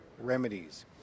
remedies